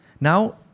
now